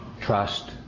trust